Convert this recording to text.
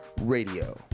Radio